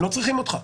הם לא צריכים אותך.